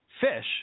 fish